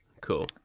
Cool